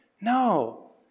no